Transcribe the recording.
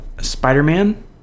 Spider-Man